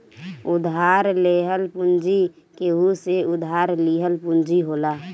उधार लेहल पूंजी केहू से उधार लिहल पूंजी होला